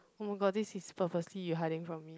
oh my god this is purposely you hiding from me